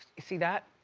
you see that?